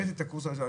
כן,